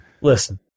listen